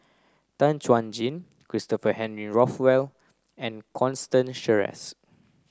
Tan Chuan Jin Christopher Henry Rothwell and Constance Sheares